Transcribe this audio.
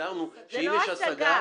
הגדרנו שאם יש השגה